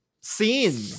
scene